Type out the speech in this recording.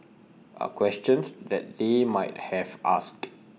are questions that they might have asked